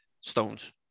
Stones